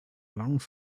lang